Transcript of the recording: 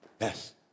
yes